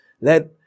let